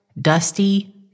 Dusty